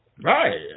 Right